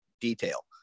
detail